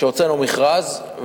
שהוצאנו מכרז,